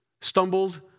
stumbled